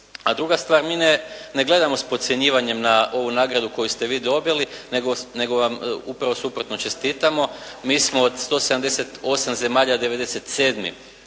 A druga stvar, mi ne gledamo s podcjenjivanjem na ovu nagradu koju ste vi dobili nego vam upravno suprotno čestitamo. Mi smo od 178 zemalja 97.